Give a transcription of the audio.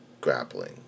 grappling